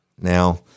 now